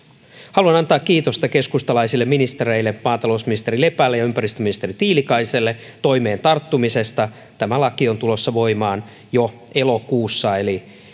haluan antaa kiitosta keskustalaisille ministereille maatalousministeri lepälle ja ympäristöministeri tiilikaiselle toimeen tarttumisesta tämä laki on tulossa voimaan jo elokuussa eli